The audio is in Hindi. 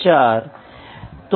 तो यह माप का पावर प्रकार है